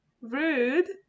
rude